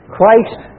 Christ